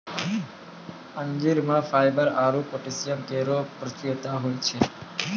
अंजीर म फाइबर आरु पोटैशियम केरो प्रचुरता होय छै